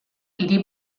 hiri